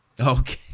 Okay